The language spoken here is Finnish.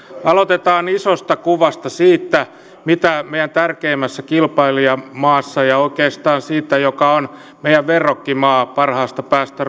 aloitetaan isosta kuvasta siitä mitä meidän tärkeimmässä kilpailijamaassamme ja oikeastaan meidän verrokkimaassamme parhaasta päästä